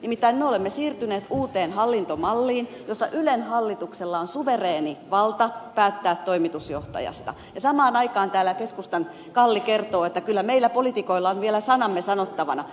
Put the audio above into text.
nimittäin me olemme siirtyneet uuteen hallintomalliin jossa ylen hallituksella on suvereeni valta päättää toimitusjohtajasta ja samaan aikaan täällä keskustan kalli kertoo että kyllä meillä poliitikoilla on vielä sanamme sanottavana